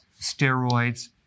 steroids